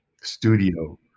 studio